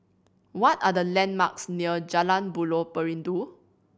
what are the landmarks near Jalan Buloh Perindu